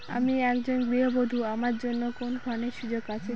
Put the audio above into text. আমি একজন গৃহবধূ আমার জন্য কোন ঋণের সুযোগ আছে কি?